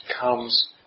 comes